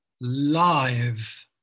live